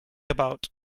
about